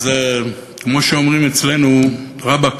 אז כמו שאומרים אצלנו: רבאק,